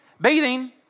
bathing